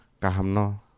kahamno